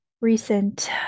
recent